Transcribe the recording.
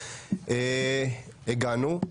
הגענו.